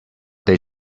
they